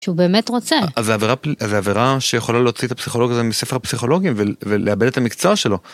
שהוא באמת רוצה. אז זה עבירה שיכולה להוציא את הפסיכולוג הזה מספר הפסיכולוגים ולאבד את המקצוע שלו.